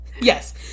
Yes